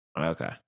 Okay